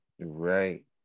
right